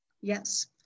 Yes